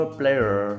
player